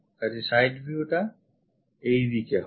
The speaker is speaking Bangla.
কাজেই side viewটা এইদিকে হবে